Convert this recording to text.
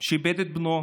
שאיבד את בנו,